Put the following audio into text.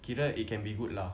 kira it can be good lah